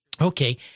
Okay